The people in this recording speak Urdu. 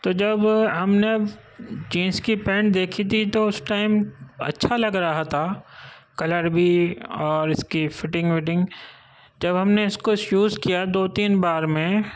تو جب ہم نے جینس کی پینٹ دیکھی تھی تو اس ٹائم اچھا لگ رہا تھا کلر بھی اور اس کی فٹنگ وٹنگ جب ہم نے اس کو یوز کیا دو تین بار میں